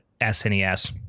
snes